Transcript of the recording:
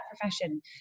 profession